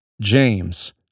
James